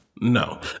No